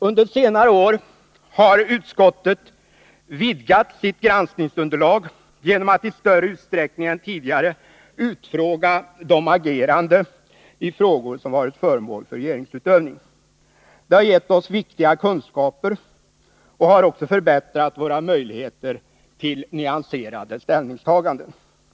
Under senare år har utskottet vidgat sitt granskningsunderlag genom att i större utsträckning än tidigare utfråga de agerande i frågor som varit föremål för regeringsutövning. Det har gett oss viktiga kunskaper och har också förbättrat våra möjligheter till nyanserade ställningstaganden.